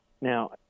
Now